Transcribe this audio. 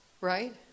right